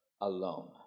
alone